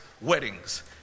weddings